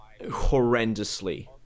horrendously